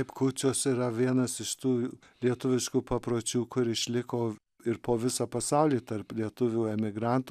kūčios yra vienas iš tų lietuviškų papročių kur išliko ir po visą pasaulį tarp lietuvių emigrantų